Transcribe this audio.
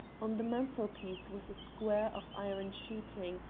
on the mantelpiece was a square of iron sheeting,